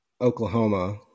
Oklahoma